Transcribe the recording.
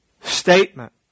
statement